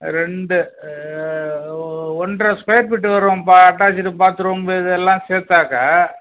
ரெண்டு ஒன்றை square feet வரும் இப்போ அட்டாச்சிடு பாத்ரூம்பு இது எல்லாம் சேர்த்தாக்கா